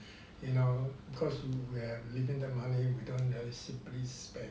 you know because we have limited money we don't really simply spend